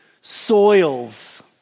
soils